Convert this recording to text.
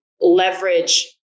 leverage